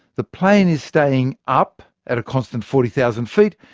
the plane is staying up at a constant forty thousand feet,